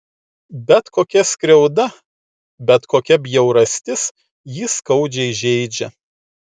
bet kokia skriauda bet kokia bjaurastis jį skaudžiai žeidžia